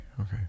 okay